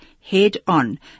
head-on